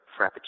Frappuccino